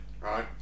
Right